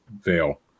veil